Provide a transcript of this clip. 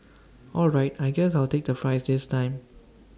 all right I guess I'll take the fries this time